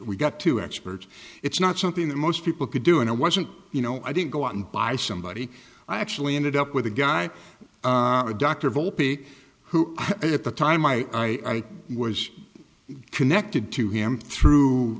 we got two experts it's not something that most people could do and i wasn't you know i didn't go out and buy somebody i actually ended up with a guy a doctor volpi who at the time i was connected to him through